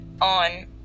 on